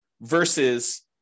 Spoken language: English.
versus